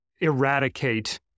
eradicate